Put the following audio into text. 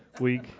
week